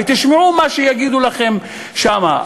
ותשמעו מה שיגידו לכם שם.